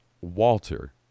Walter